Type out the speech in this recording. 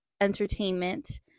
entertainment